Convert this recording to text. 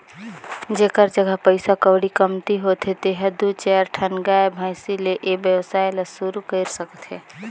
जेखर जघा पइसा कउड़ी कमती होथे तेहर दू चायर ठन गाय, भइसी ले ए वेवसाय ल सुरु कईर सकथे